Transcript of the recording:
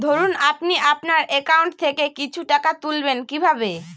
ধরুন আপনি আপনার একাউন্ট থেকে কিছু টাকা তুলবেন কিভাবে?